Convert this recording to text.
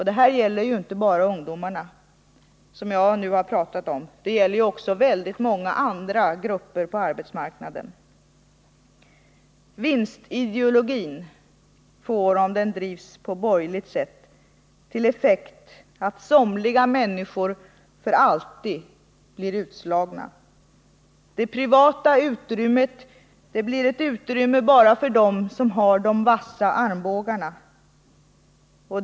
Detta gäller inte bara ungdomarna, som jag nu har pratat om, utan det gäller också väldigt många andra grupper på arbetsmarknaden. Vinstideologin får om den drivs på borgerligt sätt till effekt att somliga människor för alltid blir utslagna. Det privata utrymmet blir ett utrymme bara för dem som har de vassa armbågarna.